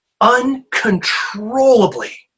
uncontrollably